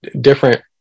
different